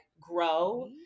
grow